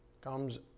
Comes